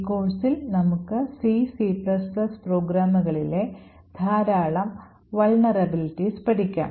ഈ കോഴ്സിൽ നമുക്ക് C C പ്രോഗ്രാമുകളിലെ ധാരാളം കേടുപാടുകൾ പഠിക്കും